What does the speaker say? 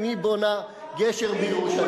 אם היא בונה גשר בירושלים.